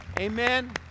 Amen